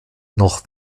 noch